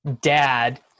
dad